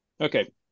Okay